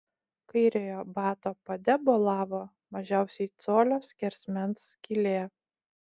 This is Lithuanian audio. kairiojo bato pade bolavo mažiausiai colio skersmens skylė